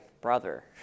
brother